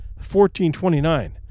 1429